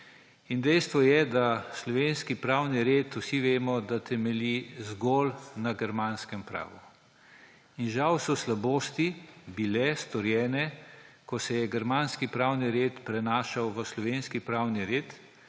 in vsi vemo, da slovenski pravni red temelji zgolj na germanskem pravu. In žal so slabosti bile storjene, ko se je germanski pravni red prenašal v slovenski pravni red,